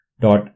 dot